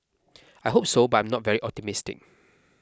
I hope so but I am not very optimistic